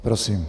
Prosím.